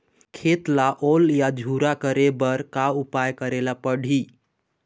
खेत ला ओल या झुरा करे बर का उपाय करेला पड़ही?